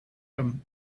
them